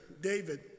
David